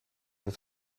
het